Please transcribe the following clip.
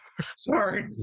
sorry